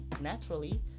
Naturally